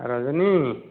ଆଉ ରଜନୀ